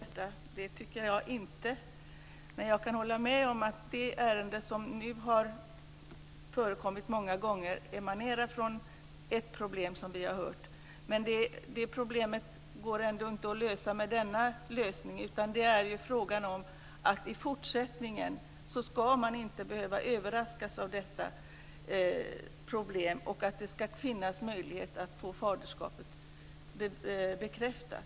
Fru talman! Nej - med handen på hjärtat - det tycker jag inte! Men jag kan hålla med om att det ärende som förekommit många gånger emanerar från ett problem som vi har hört. Det problemet kan ändå inte klaras med denna lösning, utan det är fråga om att man i fortsättningen inte ska behöva överraskas av detta problem. Dessutom ska det finnas en möjlighet att få faderskapet bekräftat.